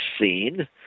seen